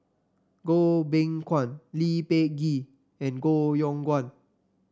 Goh Beng Kwan Lee Peh Gee and Koh Yong Guan